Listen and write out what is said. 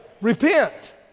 repent